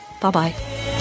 Bye-bye